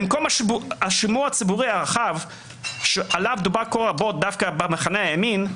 במקום השימוע הציבורי הרחב שעליו דובר כה רבות דווקא במחנה הימין,